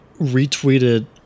retweeted